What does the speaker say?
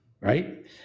right